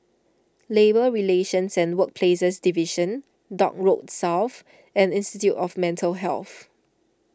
Labour Relations and Workplaces Division Dock Road South and Institute of Mental Health